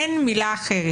אין מילה אחרת.